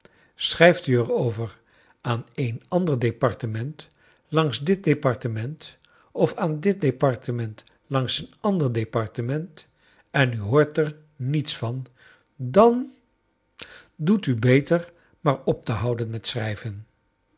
u er over aan een ander departement langs dit departement of aan dit departement langs een ander departement en u hoort er niets van dan doet u beter maar op te houden met schrijven